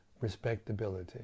respectability